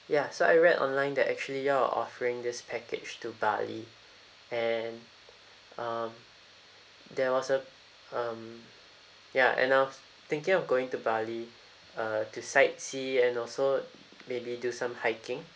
ya so I read online that actually y'all are offering this package to bali and um there was a um ya and I was thinking of going to bali uh to sightsee and also maybe do some hiking